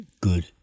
good